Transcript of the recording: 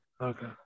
Okay